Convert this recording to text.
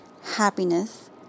happiness